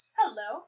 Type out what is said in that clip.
hello